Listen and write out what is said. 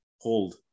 hold